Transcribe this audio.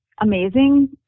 amazing